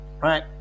right